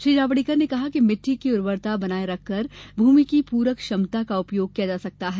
श्री जावड़ेकर ने कहा कि मिट्टी की उर्वरकता बनाये रखकर भूमि की पूरी क्षमता का उपयोग किया जा सकता है